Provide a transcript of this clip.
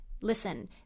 listen